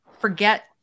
forget